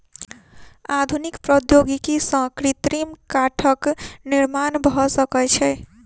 आधुनिक प्रौद्योगिकी सॅ कृत्रिम काठक निर्माण भ सकै छै